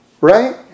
right